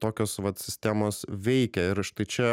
tokios vat sistemos veikia ir štai čia